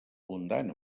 abundant